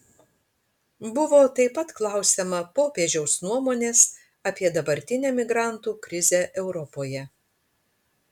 buvo taip pat klausiama popiežiaus nuomonės apie dabartinę migrantų krizę europoje